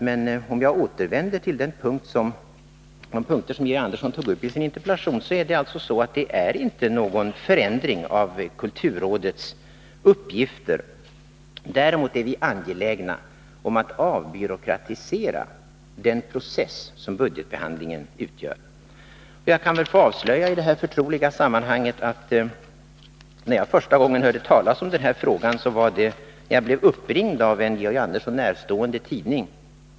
Men låt mig återvända till de punkter som Georg Andersson tog upp i sin interpellation. Det är inte fråga om någon förändring av kulturrådets uppgifter. Däremot är vi angelägna om att avbyråkratisera den process som budgetbehandlingen utgör. Låt mig i det här förtroliga sammanhanget avslöja att jag första gången hörde talas om denna fråga när jag blev uppringd av en Georg Andersson närstående tidning.